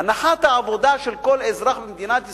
הנחת העבודה של כל אזרח במדינת ישראל,